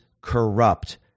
corrupt